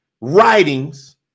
writings